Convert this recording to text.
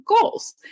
goals